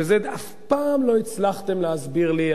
ואת זה אף פעם לא הצלחתם להסביר לי,